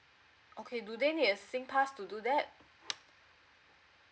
okay do they need a sing pass to do that